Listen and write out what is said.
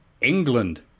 England